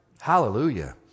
Hallelujah